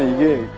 ah you?